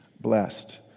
blessed